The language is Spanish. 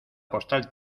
postal